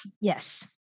Yes